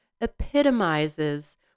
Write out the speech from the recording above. epitomizes